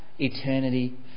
eternity